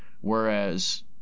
Whereas